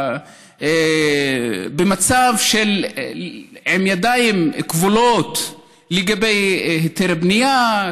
במצב של ידיים כבולות לגבי היתר בנייה,